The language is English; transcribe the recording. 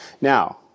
Now